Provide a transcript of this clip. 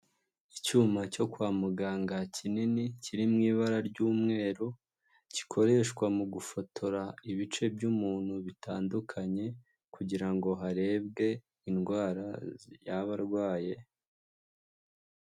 Icyuma cyo kwa muganga kinini kiri mu ibara ry'umweru, gikoreshwa mu gufotora ibice by'umuntu bitandukanye kugira ngo harebwe indwara yaba arwaye.